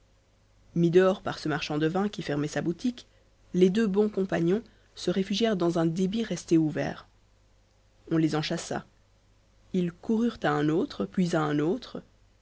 mis dehors par ce marchand de vins qui fermait sa boutique les deux bons compagnons se réfugièrent dans un débit resté ouvert on les en chassa ils coururent à un autre puis à un autre